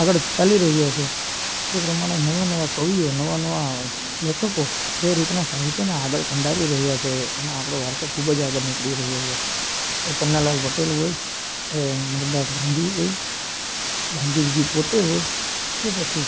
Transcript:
આગળ ચાલી રહ્યો છે તે પ્રમાણે નવા નવા કવિઓ નવા નવા લેખકો જે રીતનાં સાહિત્યનાં આગળ કંડારી રહ્યા છે એમાં આપણો વારસો ખૂબ જ આગળ નીકળી રહ્યો છે એ પન્નાલાલ પટેલ હોય એ મુરદાસ ગાંધી હોય ગાંધીજી પોતે હોય કે પછી